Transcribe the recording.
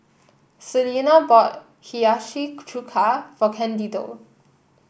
Selena bought Hiyashi Chuka for Candido